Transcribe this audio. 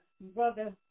Brother